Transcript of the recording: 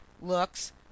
looks